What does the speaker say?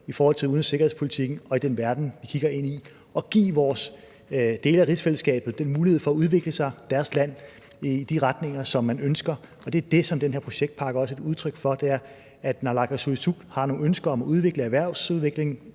i forhold til udenrigs- og sikkerhedspolitikken og den verden, vi kigger ind i, og at vi giver rigsfællesskabet mulighed for at udvikle deres land i den retning, som man ønsker. Det er det, som den her projektpakke også er et udtryk for. Når naalakkersuisut har nogle ønsker om erhvervsudvikling,